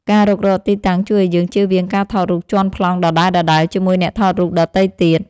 ការរុករកទីតាំងជួយឱ្យយើងជៀសវាងការថតរូបជាន់ប្លង់ដដែលៗជាមួយអ្នកថតរូបដទៃទៀត។